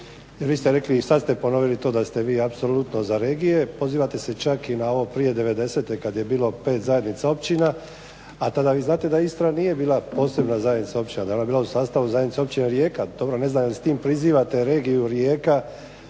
jer vi ste rekli i sad ste ponovili da ste vi apsolutno za regije. Pozivate se čak i na ovo prije 1990. kad je bilo 5 zajednica općina, a tada vi znate da Istra nije bila posebna zajednica općina, da je ona bila u sastavu zajednice Općine Rijeka. Dobro, ne znam jel s tim prizivate regiju Rijeka